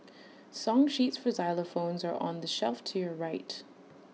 song sheets for xylophones are on the shelf to your right